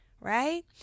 right